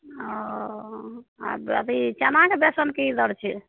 ओ आ अथी चनाके बेसन की दर छै